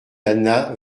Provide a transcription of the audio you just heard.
anna